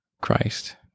Christ